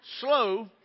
slow